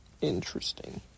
Interesting